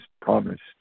promised